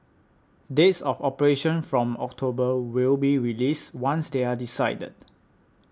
dates of operation from October will be released once they are decided